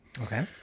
Okay